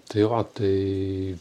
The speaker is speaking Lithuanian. tai va tai